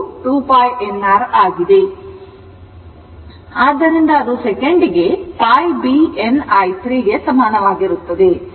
ಆದ್ದರಿಂದ ಅದು ಸೆಕೆಂಡಿಗೆ π b n i 3 ಗೆ ಸಮಾನವಾಗಿರುತ್ತದೆ